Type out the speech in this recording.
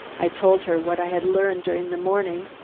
i told her what i had learned during the morning,